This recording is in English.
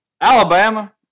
Alabama